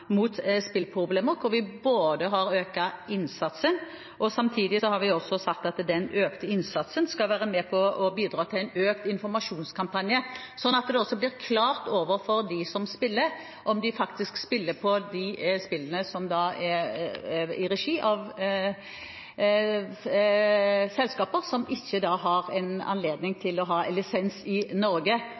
mot spilleproblemer, hvor vi har økt innsatsen og samtidig sagt at den økte innsatsen skal være med på å bidra til en økt informasjonskampanje, sånn at det også blir klart overfor de som spiller, om de faktisk spiller på de spillene som er i regi av selskaper som ikke har lisens i Norge, og som da ikke følger det som er norsk lov i